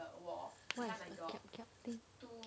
what the kiap thing